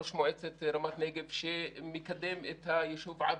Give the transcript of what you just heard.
ראש מועצת רמת נגב שמקדם את היישוב עבדה.